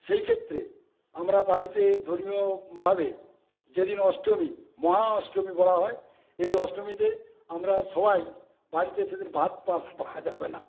সেই ক্ষেত্রে আমরা বাড়িতে ধর্মীয়ভাবে যেদিন অষ্টমী মহাষ্টমী বলা হয় এই অষ্টমীতে আমরা সবাই বাড়িতে সেদিন ভাত পা পা পাওয়া যাবে না